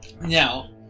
Now